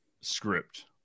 script